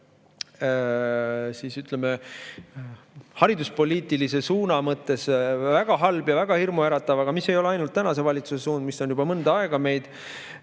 ütleme, hariduspoliitilise suuna mõttes väga halb ja väga hirmuäratav, aga mis ei ole ainult tänase valitsuse suund, [vaid] mis on juba mõnda aega meid